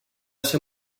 ser